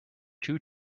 two